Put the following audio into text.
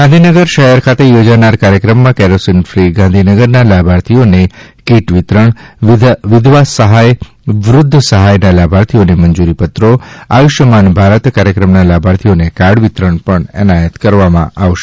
ગાંધીનગર શહેર ખાતે યોજાનાર કાર્યક્રમમાં કેરોસીન ફ્રી ગાંધીનગરના લાભાર્થીઓને કીટ વિતરણ વિધવા સફાય વૃદ્ધ સફાયના લાભાર્થીઓને મંજૂરી પત્રો આયુષ્યમાન ભારત કાર્યક્રમના લાભાર્થીઓને કાર્ડ વિતરણ એનાયત કરાશે